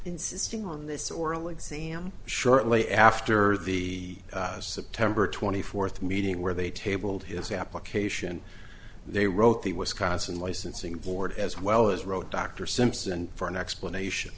insisting on this oral exam shortly after the september twenty fourth meeting where they tabled his application they wrote the wisconsin licensing board as well as wrote dr simpson for an explanation